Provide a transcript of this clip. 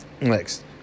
Next